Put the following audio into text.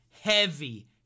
heavy